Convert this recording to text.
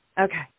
Okay